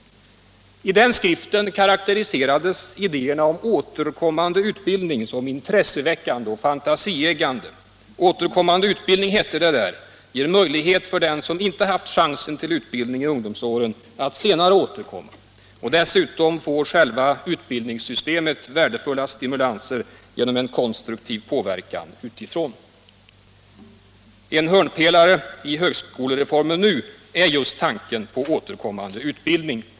I skriften karakteriserades idéerna om återkommande utbildning som intresseväckande och fantasieggande. Det hette där att återkommande utbildning ger möjlighet för den som inte haft chansen till utbildning under ungdomsåren att senare återkomma, och dessutom får själva utbildningssystemet värdefulla stimulanser genom en konstruktiv inverkan utifrån. En hörnpelare i den nu aktuella högskolereformen är just tanken på återkommande utbildning.